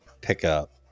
pickup